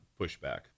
pushback